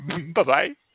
Bye-bye